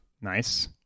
Nice